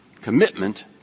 commitment